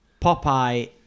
Popeye